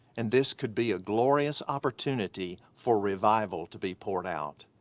and this could be a glorious opportunity for revival to be poured out.